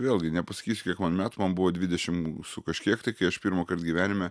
vėlgi nepasakysiu kiek man metų man buvo dvidešim su kažkiek tai kai aš pirmąkart gyvenime